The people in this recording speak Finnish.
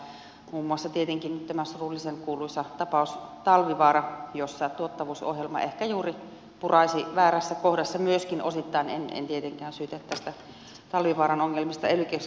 muun muassa tietenkin tässä surullisenkuuluisassa tapaus talvivaarassa tuottavuusohjelma ehkä juuri puraisi väärässä kohdassa myöskin osittain vaikka en tietenkään syytä näistä talvivaaran ongelmista ely keskuksia yksinään